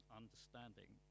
understanding